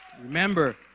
Remember